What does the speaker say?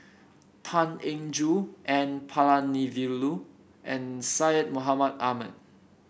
Tan Eng Joo N Palanivelu and Syed Mohamed Ahmed